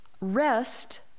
Rest